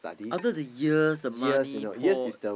after the years the money poured